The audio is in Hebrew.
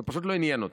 זה פשוט לא עניין אותו.